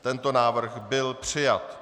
Tento návrh byl přijat.